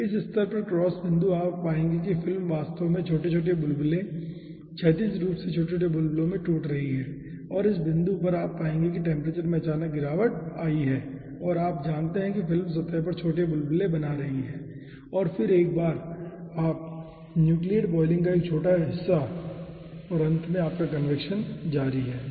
इस स्तर में क्रॉस बिंदु आप पाएंगे कि फिल्म वास्तव में छोटे छोटे बुलबुले क्षैतिज रूप से छोटे बुलबुलों में टूट रही है और इस बिंदु पर आप पाएंगे कि टेम्परेचर में अचानक गिरावट आई है और आप जानते हैं फिल्म सतह पर छोटे बुलबुले बना रही है और फिर एक बार फिर से न्यूक्लियेट बॉयलिंग का एक छोटा ज़ोन और अंत में आपका कन्वेक्शन जारी है ठीक है